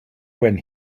when